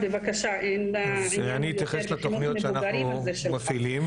אנחנו נתייחס לתוכניות שאנחנו מפעילים.